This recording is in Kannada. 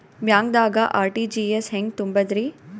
ಬ್ಯಾಂಕ್ದಾಗ ಆರ್.ಟಿ.ಜಿ.ಎಸ್ ಹೆಂಗ್ ತುಂಬಧ್ರಿ?